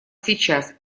сейчас